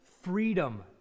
freedom